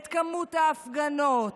את כמות ההפגנות,